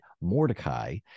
Mordecai